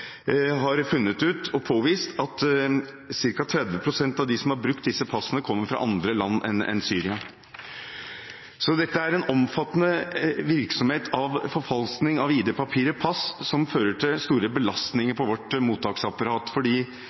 har påvist at ca. 30 pst. av dem som har brukt disse passene, kommer fra andre land enn Syria. Denne omfattende virksomheten med forfalskning av id-papirer/pass fører til store belastninger på vårt mottaksapparat.